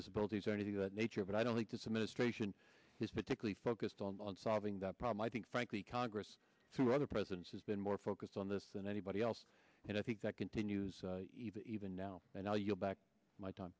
disabilities or anything of that nature but i don't think this administration is particularly focused on solving that problem i think frankly congress through other presidents has been more focused on this than anybody else and i think that continues even now and i'll yield back my time